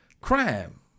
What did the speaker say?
crime